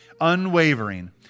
unwavering